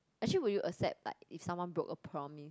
actually would you accept like if someone broke a promise